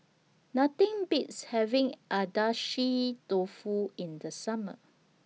Nothing Beats having Agedashi Dofu in The Summer